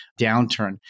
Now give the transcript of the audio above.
downturn